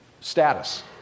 status